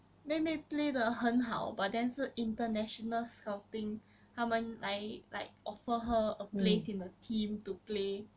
妹妹 play 的很好 but then 是 international scouting 他们来 like offer her a place in a team to play